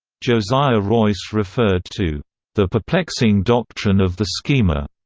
josiah royce referred to the perplexing doctrine of the schema.